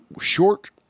short